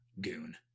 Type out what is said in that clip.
goon